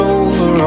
over